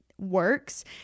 works